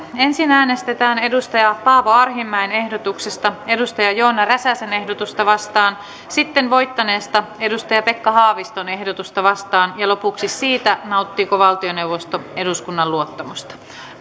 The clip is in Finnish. ensin äänestetään paavo arhinmäen ehdotuksesta joona räsäsen ehdotusta vastaan sitten voittaneesta pekka haaviston ehdotusta vastaan ja lopuksi siitä nauttiiko valtioneuvosto eduskunnan luottamusta